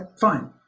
fine